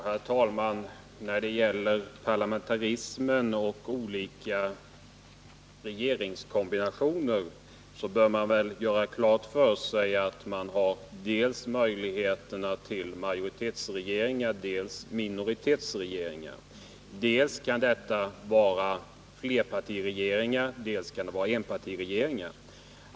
Herr talman! När det gäller parlamentarismen och olika regeringskombinationer bör man väl göra klart för sig att det finns möjlighet att skapa dels majoritetsregeringar, dels minoritetsregeringar och att dessa kan vara dels flerpartiregeringar, dels enpartiregeringar.